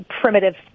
primitive